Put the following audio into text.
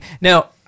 now